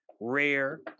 Rare